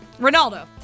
Ronaldo